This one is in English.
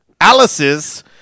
Alice's